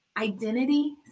identity